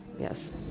Yes